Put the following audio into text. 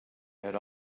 had